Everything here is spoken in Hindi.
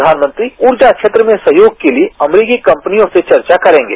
प्रधानमंत्री ऊर्जा क्षेत्र में सहयोग के लिए अमरीकी कंपनियों से चर्चा करेंगे